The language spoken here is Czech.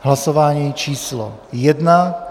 Hlasování číslo 1.